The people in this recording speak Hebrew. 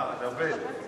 לא, זה על חשבון זה.